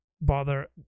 bother